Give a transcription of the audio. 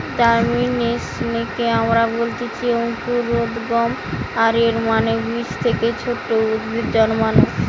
জার্মিনেশনকে আমরা বলতেছি অঙ্কুরোদ্গম, আর এর মানে বীজ থেকে ছোট উদ্ভিদ জন্মানো